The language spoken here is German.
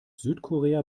südkorea